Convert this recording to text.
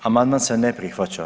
Amandman se ne prihvaća.